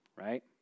right